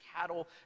cattle